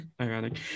Ironic